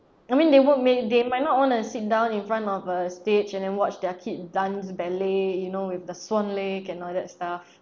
I mean they won't make they might not wanna sit down in front of a stage and then watch their kid dance ballet you know with the swan lake and all that stuff